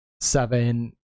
seven